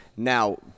Now